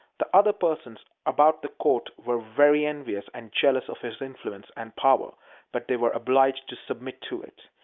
the other persons about the court were very envious and jealous of his influence and power but they were obliged to submit to it.